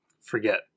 forget